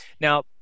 Now